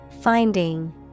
Finding